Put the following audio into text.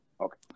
Okay